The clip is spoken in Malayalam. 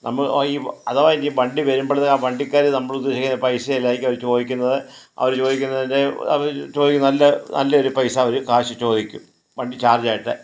നമ്മൾ അഥവാ ഈ വണ്ടി വരുമ്പോൾ ആ വണ്ടിക്കാർ നമ്മളുദ്ദേശിക്കുന്ന പൈസ അല്ലായിരിക്കും അവർ ചോദിക്കുന്നത് അവർ ചോദിക്കുന്നത് അവർ ചോദിക്കുന്നത് നല്ല നല്ലൊരു പൈസ അവർ കാശ് ചോദിക്കും വണ്ടി ചാർജായിട്ട്